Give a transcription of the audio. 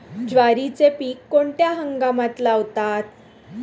ज्वारीचे पीक कोणत्या हंगामात लावतात?